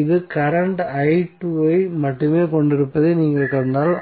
இது current i2 ஐ மட்டுமே கொண்டிருப்பதை நீங்கள் கண்டால்